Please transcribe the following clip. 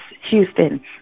houston